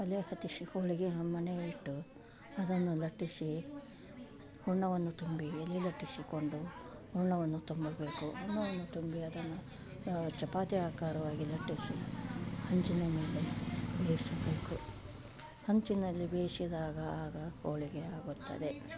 ಒಲೆ ಹೊತ್ತಿಸಿ ಹೋಳಿಗೆ ಮಣೆ ಇಟ್ಟು ಅದನ್ನು ಲಟ್ಟಿಸಿ ಹೂರ್ಣವನ್ನು ತುಂಬಿ ಎಲೆ ಲಟ್ಟಿಸಿಕೊಂಡು ಹೂರ್ಣವನ್ನು ತುಂಬಬೇಕು ಹೂರ್ಣವನ್ನು ತುಂಬಿ ಅದನ್ನು ಚಪಾತಿ ಆಕಾರವಾಗಿ ಲಟ್ಟಿಸಿ ಅಂಚಿನ ಮೇಲೆ ಬೇಯಿಸಬೇಕು ಹಂಚಿನಲ್ಲಿ ಬೇಯಿಸಿದಾಗ ಆಗ ಹೋಳಿಗೆ ಆಗುತ್ತದೆ